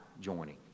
joining